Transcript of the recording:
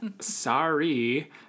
Sorry